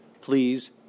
please